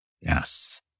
Yes